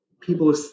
people